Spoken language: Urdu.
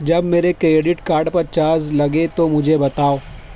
جب میرے کریڈٹ کارڈ پر چارج لگیں تو مجھے بتاؤ